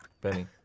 Benny